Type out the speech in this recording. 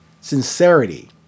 sincerity